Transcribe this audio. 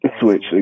Switch